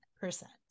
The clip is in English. percent